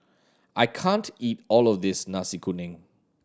I can't eat all of this Nasi Kuning